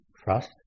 trust